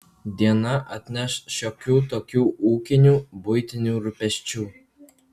diena atneš šiokių tokių ūkinių buitinių rūpesčių